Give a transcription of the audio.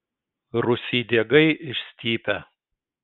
rūsy diegai išstypę